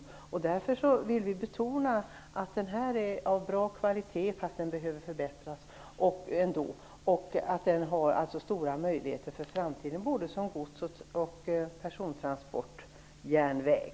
Vi vill därför betona att den är av bra kvalitet, fastän den behöver förbättras, och att den har stora möjligheter för framtiden både som gods och persontransportjärnväg.